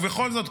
ובכל זאת,